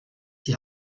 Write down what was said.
die